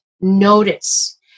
notice